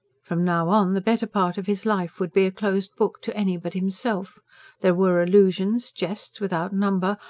from now on, the better part of his life would be a closed book to any but himself there were allusions, jests without number,